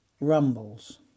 Rumbles